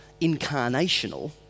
incarnational